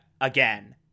again